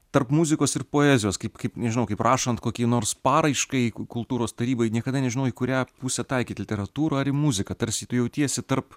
tarp muzikos ir poezijos kaip kaip nežinau kaip rašant kokiai nors paraiškai kultūros tarybai niekada nežinau į kurią pusę taikyt literatūrą ar į muziką tarsi tu jautiesi tarp